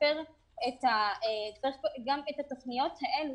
צריך שהתכניות האלו